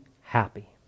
happy